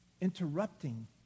interrupting